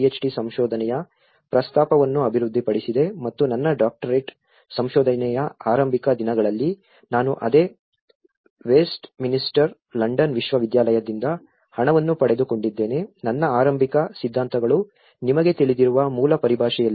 D ಸಂಶೋಧನೆಯ ಪ್ರಸ್ತಾಪವನ್ನು ಅಭಿವೃದ್ಧಿಪಡಿಸಿದೆ ಮತ್ತು ನನ್ನ ಡಾಕ್ಟರೇಟ್ ಸಂಶೋಧನೆಯ ಆರಂಭಿಕ ದಿನಗಳಲ್ಲಿ ನಾನು ಅದೇ ವೆಸ್ಟ್ಮಿನಿಸ್ಟರ್ ಲಂಡನ್ ವಿಶ್ವವಿದ್ಯಾಲಯದಿಂದ ಹಣವನ್ನು ಪಡೆದುಕೊಂಡಿದ್ದೇನೆ ನನ್ನ ಆರಂಭಿಕ ಸಿದ್ಧಾಂತಗಳು ನಿಮಗೆ ತಿಳಿದಿರುವ ಮೂಲ ಪರಿಭಾಷೆಯಲ್ಲಿವೆ